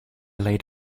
laid